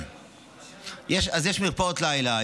אז יש מרפאות לילה,